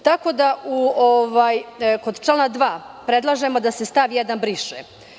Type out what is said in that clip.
Što se tiče člana 2. predlažemo da se stav 1. briše.